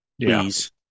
Please